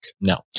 No